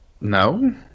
No